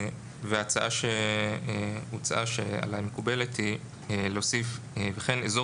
ההצעה שהוצעה שעלי היא מקובלת היא להוסיף: "וכן אזור